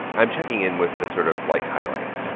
i'm checking in with the sort of, like, highlights,